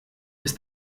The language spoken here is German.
bis